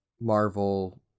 Marvel